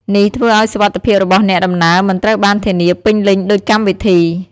នេះធ្វើឱ្យសុវត្ថិភាពរបស់អ្នកដំណើរមិនត្រូវបានធានាពេញលេញដូចកម្មវិធី។